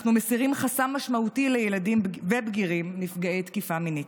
אנחנו מסירים חסם משמעותי לילדים ובגירים נפגעי תקיפה מינית.